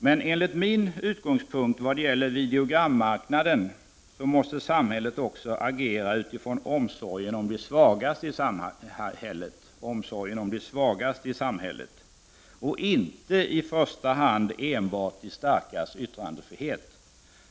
Men enligt min åsikt måste samhället också agera utifrån omsorgen om de svagaste i samhället när det gäller videogrammarknaden och inte i första hand enbart utifrån de starkas yttrandefrihet.